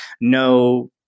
No